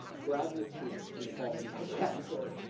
graduate students tend to fall in that category.